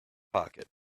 pocket